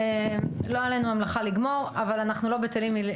לא עלינו המלאכה לגמור, אבל אנחנו לא בטלים.